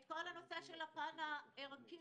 את כל הנושא של הפן הערכי,